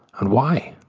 and why?